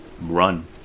run